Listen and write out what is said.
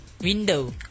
window